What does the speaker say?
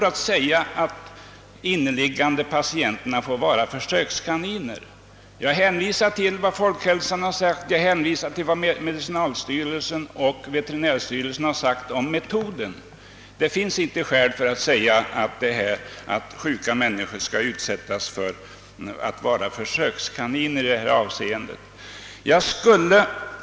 Att säga att de inneliggande patienterna får vara försökskaniner är överord. Jag hänvisar till folkhälsans, medicinalstyrelsens och veterinärstyrelsens uttalande om metoden och konstaterar, att det inte finns skäl att påstå att sjuka människor fått vara försökskaniner.